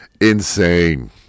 insane